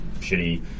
shitty